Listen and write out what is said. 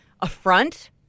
affront